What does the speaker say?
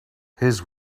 his